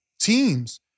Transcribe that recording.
teams